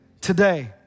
Today